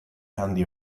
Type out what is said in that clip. handi